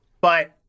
But-